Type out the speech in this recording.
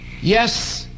Yes